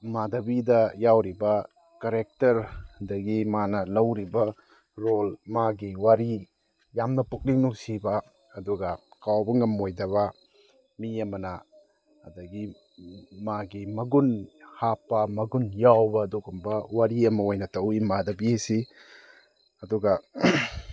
ꯃꯥꯙꯕꯤꯗ ꯌꯥꯎꯔꯤꯕ ꯀꯔꯦꯛꯇꯔ ꯑꯗꯒꯤ ꯃꯥꯅ ꯂꯧꯔꯤꯕ ꯔꯣꯜ ꯃꯥꯒꯤ ꯋꯥꯔꯤ ꯌꯥꯝꯅ ꯄꯨꯛꯅꯤꯡ ꯅꯨꯡꯁꯤꯕ ꯑꯗꯨꯒ ꯀꯥꯎꯕ ꯉꯝꯃꯣꯏꯗꯕ ꯃꯤ ꯑꯃꯅ ꯑꯗꯨꯗꯒꯤ ꯃꯥꯒꯤ ꯃꯒꯨꯟ ꯍꯥꯞꯄ ꯃꯒꯨꯟ ꯌꯥꯎꯕ ꯑꯗꯨꯒꯨꯝꯕ ꯋꯥꯔꯤ ꯑꯃ ꯑꯣꯏꯅ ꯇꯧꯏ ꯃꯥꯙꯕꯤ ꯑꯁꯤ ꯑꯗꯨꯒ